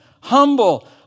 Humble